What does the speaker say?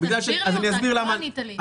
אז תסביר לי אותה, כי לא ענית לי.